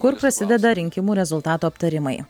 kur prasideda rinkimų rezultatų aptarimai